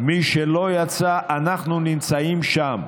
מי שלא יצא, אנחנו נמצאים שם.